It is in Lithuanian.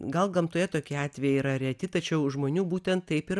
gal gamtoje tokie atvejai yra reti tačiau žmonių būtent taip ir